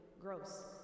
Gross